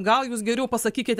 gal jūs geriau pasakykite